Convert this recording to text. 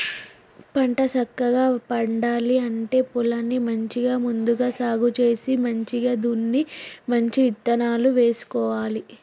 పంట సక్కగా పండాలి అంటే పొలాన్ని మంచిగా ముందుగా సాగు చేసి మంచిగ దున్ని మంచి ఇత్తనాలు వేసుకోవాలి